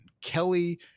Kelly